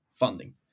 Funding